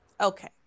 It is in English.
Okay